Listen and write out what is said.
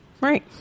Right